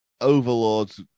overlords